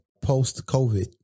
post-COVID